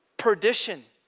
perdition,